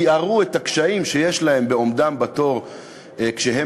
תיארו את הקשיים שיש להם בעומדם בתור כשהם